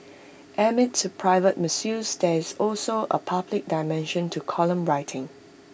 amid to private musings there is also A public dimension to column writing